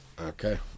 Okay